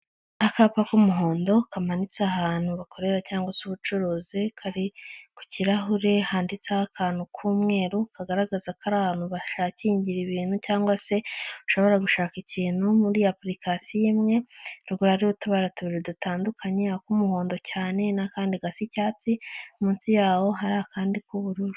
Akapa k'umuhondo kamanitse ahantu bakorera cyangwag se ubucuruzi kari ku kirahure handitseho akantu k'umweru kagaragaza ko ahantu bashakira ibintu cyangwa se ushobora gushaka ikintu muri apurikasiyo imwe cyakora hari utubara tubiri dutandukanye, ak'umuhondo cyane n'akandi gasa icyatsi munsi yaho hari akandi k'ubururu.